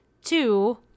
Two